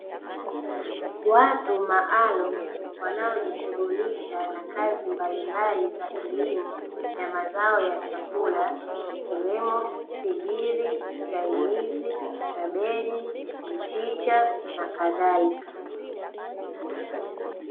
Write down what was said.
Watu maalumu wanaojishughulisha na kazi mbalimbali za kilimo ya mazao ya chakula ikiwemo figiri, chainizi, kabichi, mchicha na kadhalika.